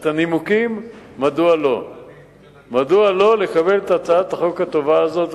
את הנימוקים מדוע לא לקבל את הצעת החוק הטובה הזאת.